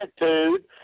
attitude